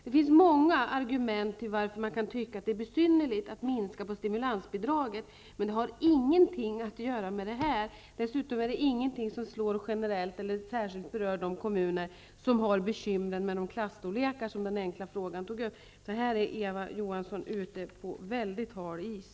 Det finns många argument till att man kan tycka att det är besynnerligt att minska på stimulansbidraget, men det har ingenting att göra med det här. Dessutom finns det ingenting som slår generellt eller särskilt berör de kommuner som har bekymmer med klasstorlekar, som togs upp i frågan. Här är Eva Johansson ute på väldigt hal is.